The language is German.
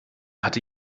hatte